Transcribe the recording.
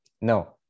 No